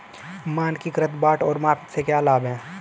मानकीकृत बाट और माप के क्या लाभ हैं?